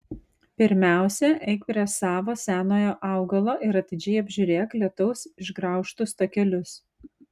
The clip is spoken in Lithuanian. pirmiausia eik prie savo senojo augalo ir atidžiai apžiūrėk lietaus išgraužtus takelius